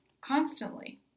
constantly